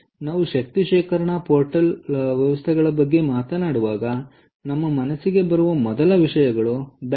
ನಾವು ಶಕ್ತಿ ಶೇಖರಣಾ ಪೋರ್ಟಬಲ್ ವ್ಯವಸ್ಥೆಗಳ ಬಗ್ಗೆ ಮಾತನಾಡುವಾಗ ನಮ್ಮ ಮನಸ್ಸಿಗೆ ಬರುವ ಮೊದಲ ವಿಷಯಗಳು ಬ್ಯಾಟರಿ